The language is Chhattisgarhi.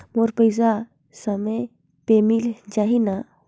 मोर पइसा समय पे मिल जाही न?